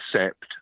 accept